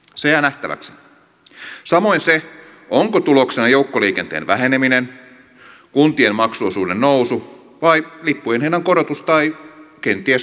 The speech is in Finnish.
se jää nähtäväksi samoin se onko tuloksena joukkoliikenteen väheneminen kuntien maksuosuuden nousu vai lippujen hinnan korotus tai kenties kaikki kolme